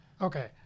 Okay